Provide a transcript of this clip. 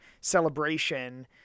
celebration